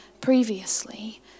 previously